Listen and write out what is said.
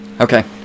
okay